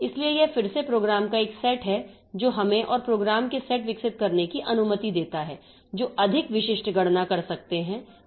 इसलिए यह फिर से प्रोग्राम का एक सेट है जो हमें और प्रोग्राम के सेट विकसित करने की अनुमति देता है जो अधिक विशिष्ट गणना कर सकते हैं